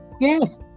Yes